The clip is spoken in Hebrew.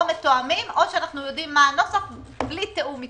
מתואמים או שאנחנו יודעים מה הנוסח בלי תיאום אתכם.